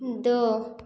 दो